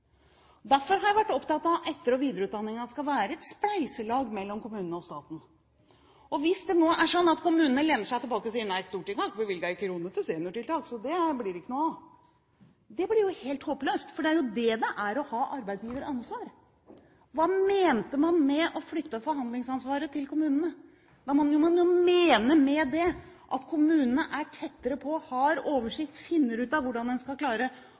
Derfor har jeg vært opptatt av at etter- og videreutdanningen skal være et spleiselag mellom kommunene og staten – og det blir jo det helt håpløst hvis kommunene nå lener seg tilbake og sier nei, Stortinget har ikke bevilget én krone til seniortiltak, så det blir det ikke noe av, for dette handler jo om å ha arbeidsgiveransvar. Hva mente man med å flytte forhandlingsansvaret til kommunene? Man må jo mene med det at kommunene er tettere på, har oversikt, og finner ut av hvordan en skal klare